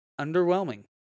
underwhelming